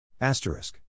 Asterisk